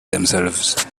themselves